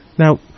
Now